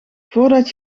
voordat